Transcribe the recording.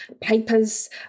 papers